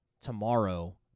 tomorrow